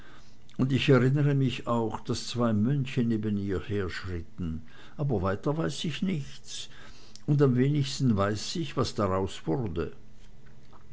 und ich erinnre mich auch daß zwei mönche neben ihr herschritten aber weiter weiß ich nichts und am wenigsten weiß ich was daraus wurde